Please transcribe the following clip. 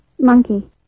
monkey